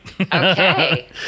Okay